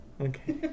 Okay